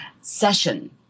session